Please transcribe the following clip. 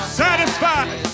satisfied